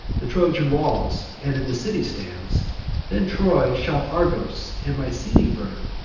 the trojan walls, and in the city stands then troy shall argos and mycenae burn,